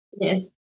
Yes